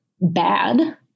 bad